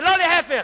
ולא להיפך.